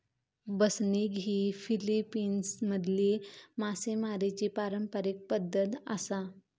बसनिग ही फिलीपिन्समधली मासेमारीची पारंपारिक पद्धत आसा